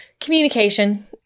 communication